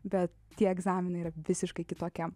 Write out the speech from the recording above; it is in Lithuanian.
bet tie egzaminai yra visiškai kitokie